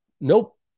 nope